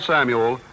Samuel